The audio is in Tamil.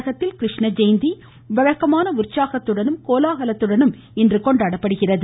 தமிழகத்தில் கிருஷ்ண ஜெயந்தி இன்று வழக்கமான உற்சாகத்துடனும் கோலாகலத்துடனும் கொண்டாடப்பட்டு வருகிறது